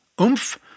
Oomph